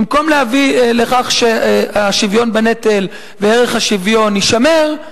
במקום להביא לכך שהשוויון בנטל וערך השוויון יישמרו,